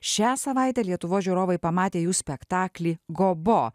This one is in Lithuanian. šią savaitę lietuvos žiūrovai pamatė jų spektaklį gobo